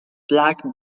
black